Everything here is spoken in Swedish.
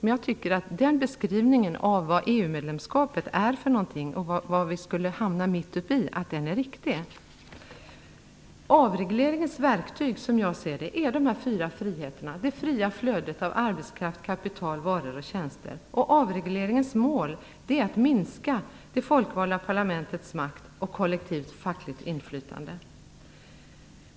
Men jag tycker att den beskrivningen av vad EU-medlemskapet är för någonting och vad vi skulle hamna mitt i är riktig. Som jag ser det är avregleringens verktyg dessa fyra friheter: det fria flödet av arbetskraft, kapital, varor och tjänster. Avregleringens mål är att minska det folkvalda parlamentets makt och kollektivt fackligt inflytande.